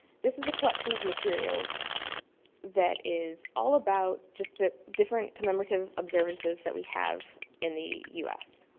this is a collection of materials that is all about just ah different commemorative observances that we have in the u s,